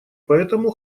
поэтому